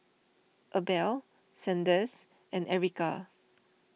Abel Sanders and Ericka